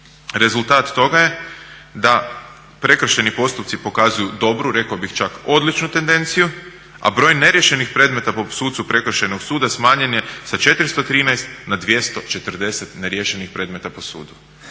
Rezultat toga je da prekršajni postupci pokazuju dobru, rekao bih čak odličnu tendenciju a broj neriješenih predmeta po sucu prekršajnog suda smanjen je sa 413 na 240 neriješenih predmeta po sudu.